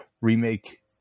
remake